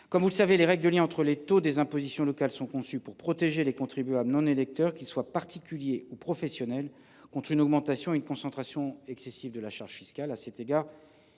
Comme vous le savez, les règles de lien entre les taux des impositions locales sont conçues pour protéger les contribuables non électeurs, qu’ils soient particuliers ou professionnels, contre une augmentation et une concentration excessive de la charge fiscale.